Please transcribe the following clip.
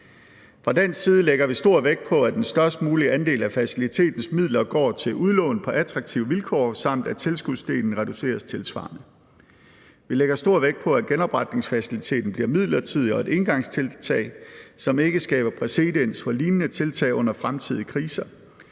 Fra dansk side lægger vi stor vægt på, at den størst mulige andel af facilitetens midler går til udlån på attraktive vilkår, samt at tilskudsdelen reduceres tilsvarende. Vi lægger stor vægt på, at genopretningsfaciliteten bliver midlertidig og et engangstiltag, som ikke skaber præcedens for lignende tiltag under fremtidige kriser,